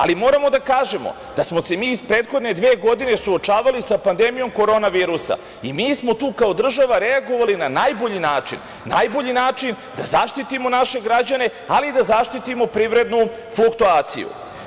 Ali, moramo da kažemo da smo se mi iz prethodne dve godine suočavali sa pandemijom Korona virusa i mi smo tu kao država reagovali na najbolji način da zaštitimo naše građane ali i da zaštitimo privrednu fluktuaciju.